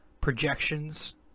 projections